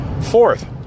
Fourth